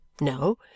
No